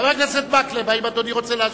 חבר הכנסת מקלב, אדוני רוצה להשיב?